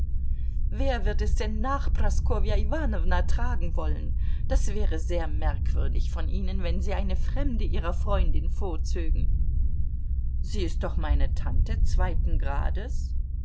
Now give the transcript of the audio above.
wer wird es denn nach praskowja iwanowna tragen wollen das wäre sehr merkwürdig von ihnen wenn sie eine fremde ihrer freundin vorzögen sie ist doch meine tante zweiten grades